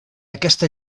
aquesta